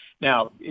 now